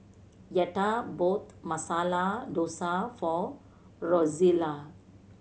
Yetta bought Masala Dosa for Rozella